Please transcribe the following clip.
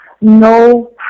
no